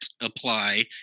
apply